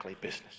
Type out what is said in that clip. business